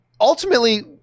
Ultimately